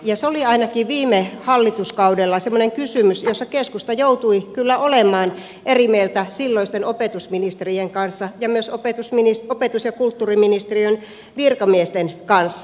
se oli ainakin viime hallituskaudella semmoinen kysymys jossa keskusta joutui kyllä olemaan eri mieltä silloisten opetusministerien kanssa ja myös opetus ja kulttuuriministeriön virkamiesten kanssa